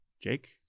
Jake